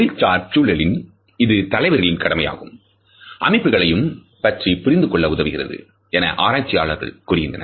தொழில்சார் சூழலில் இது தலைவர்களின் கடமைகளையும் அமைப்புகளையும் பற்றி புரிந்துகொள்ள உதவுகிறது என ஆராய்ச்சியாளர்கள் கூறுகின்றனர்